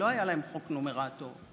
מה שאמרת עכשיו?